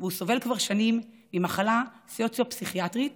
והוא סובל כבר שנים ממחלה סוציו-פסיכיאטרית